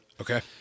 Okay